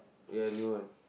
ya new one